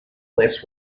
less